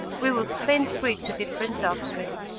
we would fain preach a different doctrine.